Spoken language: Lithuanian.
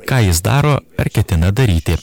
ką jis daro ar ketina daryti